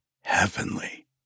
heavenly